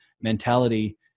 mentality